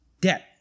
debt